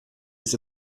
ist